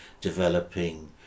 developing